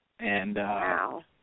Wow